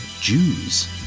Jews